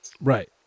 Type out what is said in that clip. Right